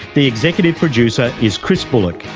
the executive producer is chris bullock,